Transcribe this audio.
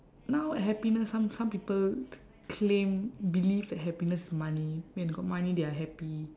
now happiness some some people claim believe that happiness is money and got money they are happy